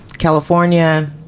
California